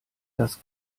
das